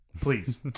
please